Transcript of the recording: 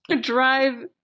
Drive